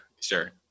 sure